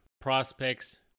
prospects